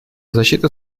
защиты